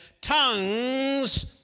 tongues